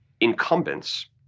incumbents